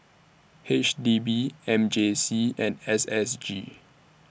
H D B M J C and S S G